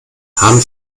haben